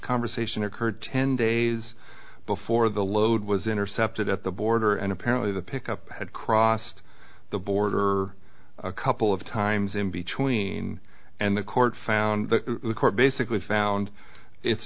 conversation occurred ten days before the load was intercepted at the border and apparently the pickup had crossed the border a couple of times in between and the court found the court basically found it's